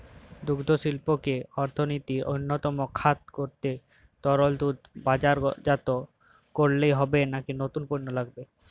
দুগ্ধশিল্পকে অর্থনীতির অন্যতম খাত করতে তরল দুধ বাজারজাত করলেই হবে নাকি নতুন পণ্য লাগবে?